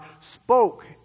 spoke